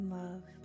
love